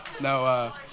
No